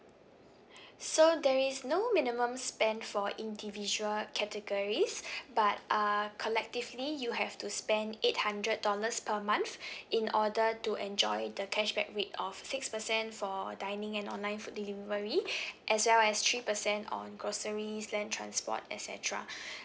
so there is no minimum spend for individual categories but uh collectively you have to spend eight hundred dollars per month in order to enjoy the cashback rate of six percent for dining and online food delivery as well as three percent on groceries land transport et cetera